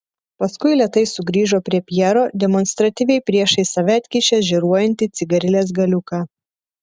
paskui lėtai sugrįžo prie pjero demonstratyviai priešais save atkišęs žėruojantį cigarilės galiuką